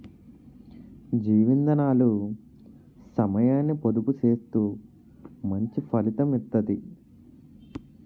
జీవ ఇందనాలు సమయాన్ని పొదుపు సేత్తూ మంచి ఫలితం ఇత్తది